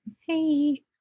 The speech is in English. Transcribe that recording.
Hey